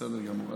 בסדר גמור.